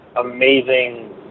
amazing